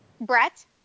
Brett